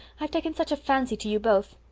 i've taken such a fancy to you both.